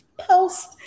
post